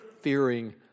fearing